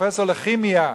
פרופסור לכימיה.